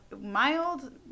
mild